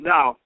Now